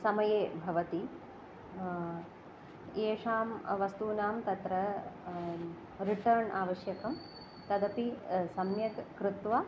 समये भवति एषां वस्तूनां तत्र रिटर्न् आवश्यकं तदपि सम्यक् कृत्वा